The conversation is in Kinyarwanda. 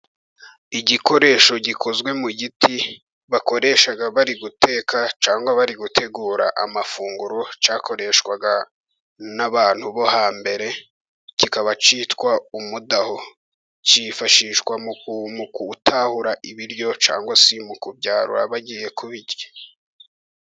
Igikoresho gikozwe mu giti bakoreshaga bari guteka cyangwa bari gutegura amafunguro, cyakoreshwaga n'abantu bo hambere, kikaba kitwa umudaho kifashishwa mu gutahura ibiryo cyangwa se mu kubyarura bagiye kubirya.